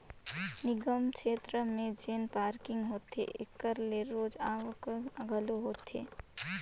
निगम छेत्र में जेन पारकिंग होथे एकर ले रोज आवक घलो होथे